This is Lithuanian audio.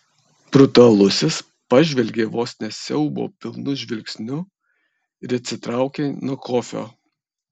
brutalusis pažvelgė vos ne siaubo pilnu žvilgsniu ir atsitraukė nuo kofio